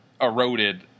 eroded